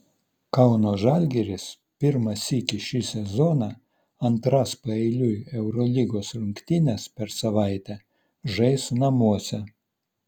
kauno žalgiris pirmą sykį šį sezoną antras paeiliui eurolygos rungtynes per savaitę žais namuose